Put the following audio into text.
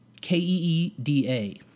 K-E-E-D-A